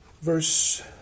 Verse